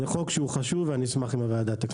זה חוק חשוב ואשמח אם הוועדה תקדם אותו.